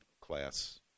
class